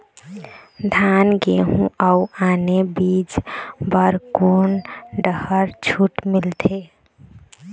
धान गेहूं अऊ आने बीज बर कोन डहर छूट मिलथे?